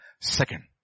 Second